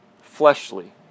fleshly